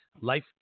Life